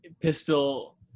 Pistol